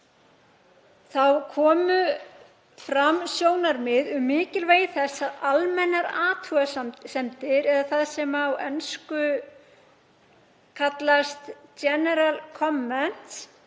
Þá komu fram sjónarmið um mikilvægi þess að almennar athugasemdir, eða það sem á ensku kallast „general comments“,